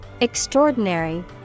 Extraordinary